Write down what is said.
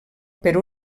per